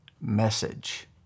message